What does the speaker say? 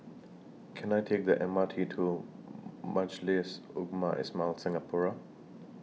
Can I Take The M R T to Majlis Ugama Islam Singapura